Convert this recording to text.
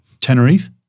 Tenerife